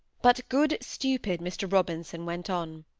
but good stupid mr robinson went on.